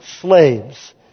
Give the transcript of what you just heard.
slaves